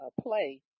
play